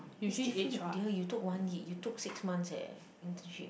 it's different dear you took one year you took six months eh internship